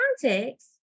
context